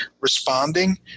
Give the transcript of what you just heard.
responding